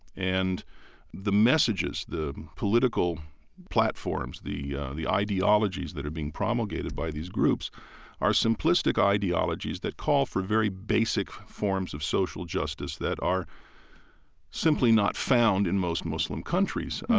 and the messages, the political platforms, the the ideologies that are being promulgated by these groups are simplistic ideologies that call for very basic forms of social justice that are simply not found in most muslim countries.